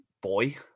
boy